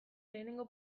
lehenengo